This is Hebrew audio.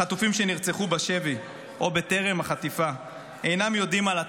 החטופים שנרצחו בשבי או טרם החטיפה אינם יודעים על הצו,